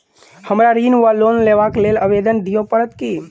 हमरा ऋण वा लोन लेबाक लेल आवेदन दिय पड़त की?